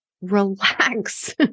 relax